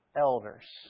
elders